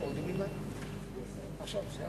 מכובדי שר